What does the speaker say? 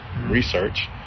research